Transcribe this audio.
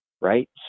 Right